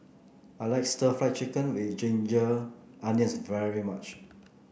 I like stir Fry Chicken with Ginger Onions very much